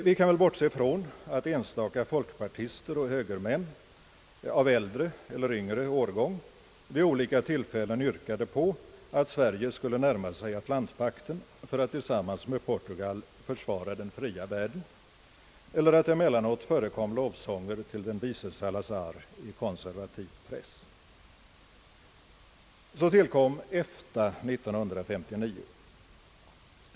Vi kan väl bortse från att enstaka folkpartister och högermän av äldre eller yngre årgång vid olika tillfällen yrkade på att Sverige skulle närma sig Atlantpakten för att tillsammans med Portugal försvara den fria världen eller att det emellanåt förekom lov Så tillkom EFTA 1959.